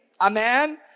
Amen